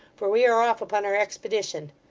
for we are off upon our expedition.